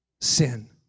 sin